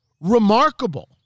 remarkable